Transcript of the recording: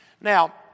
Now